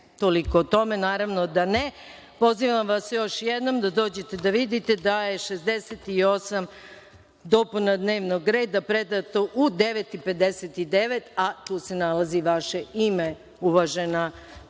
Tepić: Ne.)Naravno da ne. Pozivam vas još jednom da dođete da vidite da je 68 dopuna dnevnog reda predato u 9.59 sati, a tu se nalazi vaše ime uvažena